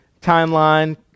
timeline